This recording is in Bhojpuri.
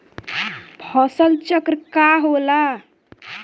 फसल चक्र का होला?